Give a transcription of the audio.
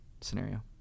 scenario